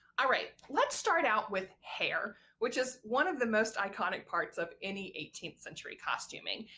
ah right let's start out with hair which is one of the most iconic parts of any eighteenth century costuming.